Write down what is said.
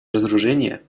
разоружения